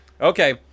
okay